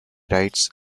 rights